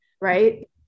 right